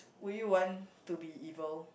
would you want to be evil